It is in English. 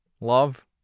Love